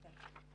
כן.